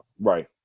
Right